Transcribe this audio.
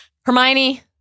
Hermione